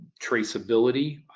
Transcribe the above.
traceability